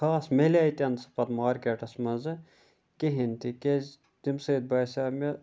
خاص ملیے تہِ نہٕ سُہ پَتہٕ مارکٮ۪ٹَس منٛزٕ کِہیٖنۍ تِکیٛازِ تمہِ سۭتۍ باسیٛو مےٚ